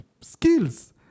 skills